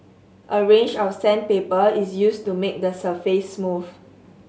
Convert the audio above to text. a range of sandpaper is used to make the surface smooth